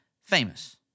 famous